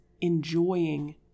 enjoying